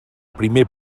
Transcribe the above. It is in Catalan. primer